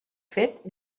fet